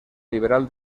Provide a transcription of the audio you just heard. liberal